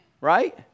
Right